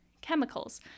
chemicals